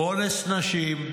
אונס נשים,